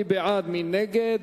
מי בעד, מי נגד?